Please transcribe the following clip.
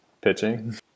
pitching